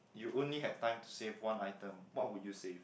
you only had time to save one item what would you save